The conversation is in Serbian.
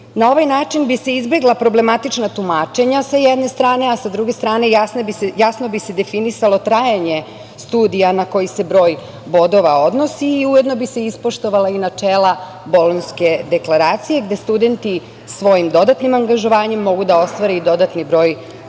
ovaj način bi se izbegla problematična tumačenja sa jedne strane, a sa druge strane jasno bi se definisalo trajanje studija na koji se broj bodova odnosi i ujedno bi se ispoštovala i načela Bolonjske deklaracije, gde studenti svojim dodatnim angažovanjem mogu da ostvare i dodatni broj bodova